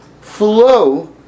flow